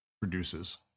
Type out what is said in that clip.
produces